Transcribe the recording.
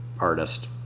artist